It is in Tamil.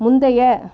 முந்தைய